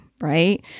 right